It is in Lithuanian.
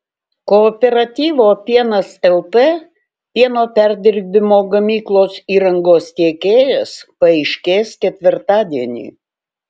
kooperatyvo pienas lt pieno perdirbimo gamyklos įrangos tiekėjas paaiškės ketvirtadienį